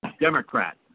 Democrat